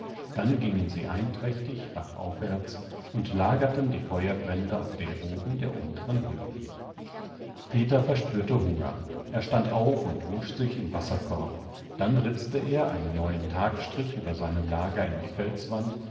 dann gingen sie einträchtig bachaufwärts und lagerten die feuerbrände auf den boden der unteren höhle peter verspürte hunger er stand auf und wusch sich im wasserkorb